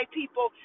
people